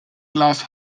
glas